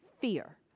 fear